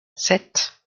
sept